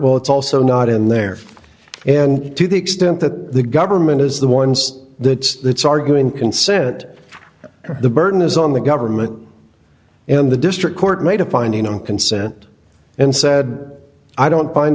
well it's also not in there and to the extent that the government is the one that it's arguing consent the burden is on the government and the district court made a finding on consent and said i don't find